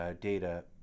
data